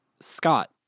Scott